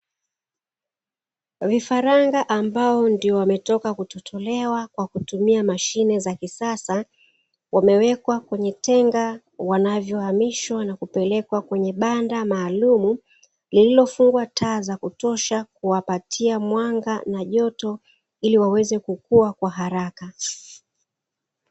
Vifaranga ambao ndo wametoka kutotolewa kwa kutumia mashine za kisasa, wamewekwa kwenye tenga wanavyohamishwa na kupelekwa kwenye banda maalumu, lililofungwa taa za kutosha kuwapatia mwanga na joto ili waweze kukua kwa haraka.